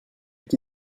qui